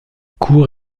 cour